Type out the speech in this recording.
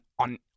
On